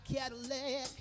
Cadillac